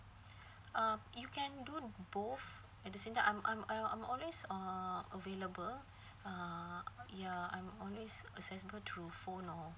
uh you can do both at the same time I'm I'm uh I'm always uh available uh ya I'm always accessible through phone or